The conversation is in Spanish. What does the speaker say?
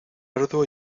arduo